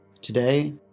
Today